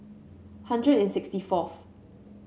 hundred and sixty fourth